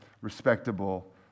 respectable